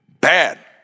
Bad